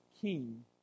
king